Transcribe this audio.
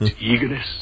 eagerness